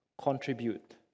contribute